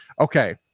okay